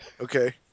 Okay